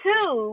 Two